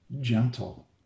gentle